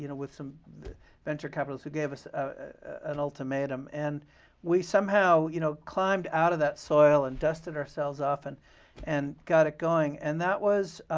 you know with some venture capitalist who gave us an ultimatum. and we somehow you know climbed out of that soil, and dusted ourselves off, and and got it going. and that was